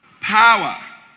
Power